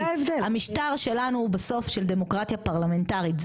המשטר שלנו בסוף של דמוקרטיה פרלמנטרית,